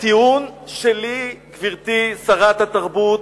הטיעון שלי, גברתי שרת התרבות,